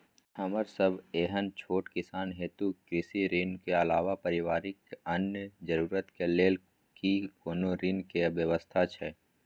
हमरा सब एहन छोट किसान हेतु कृषि ऋण के अलावा पारिवारिक अन्य जरूरत के लेल की कोनो ऋण के व्यवस्था छै?